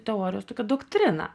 teorijos tokią doktriną